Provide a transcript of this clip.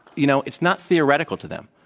you know, it's not theoretical to them.